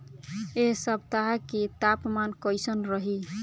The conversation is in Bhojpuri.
एह सप्ताह के तापमान कईसन रही?